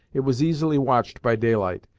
it was easily watched by daylight,